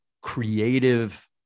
creative